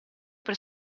per